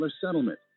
settlement